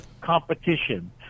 competition